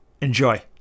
Enjoy